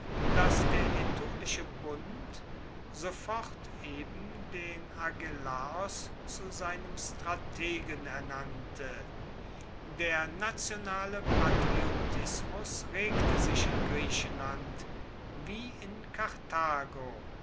dass der aetolische bund sofort eben den agelaos zu seinem strategen ernannte der nationale patriotismus regte sich in griechenland wie in karthago